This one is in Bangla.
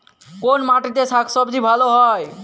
কোন মাটিতে শাকসবজী ভালো চাষ হয়?